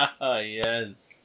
Yes